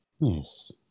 Yes